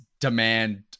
demand